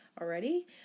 already